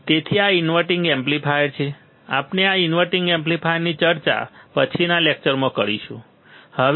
તેથી આ inverting amplifier છે આપણે આ ઇન્વર્ટીંગ એમ્પ્લીફાયરની ચર્ચા પછીના લેકચરોમાં કરીશું બરાબર